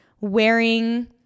wearing